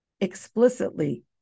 explicitly